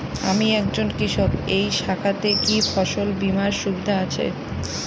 আমি একজন কৃষক এই শাখাতে কি ফসল বীমার সুবিধা আছে?